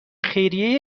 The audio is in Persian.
خیریه